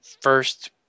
first